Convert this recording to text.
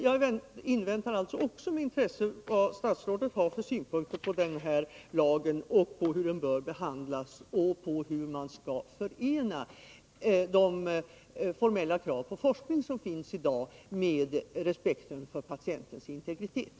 Jag inväntar alltså också med intresse vad statsrådet har för synpunkter på lagen, på hur den bör behandlas och på hur man skall kunna förena de formella krav på forskning som finns i dag med respekten för patientens integritet.